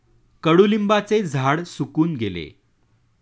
कडुलिंबाचे झाड सुकून गेले